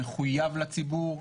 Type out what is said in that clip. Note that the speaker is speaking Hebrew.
מחויב לציבור.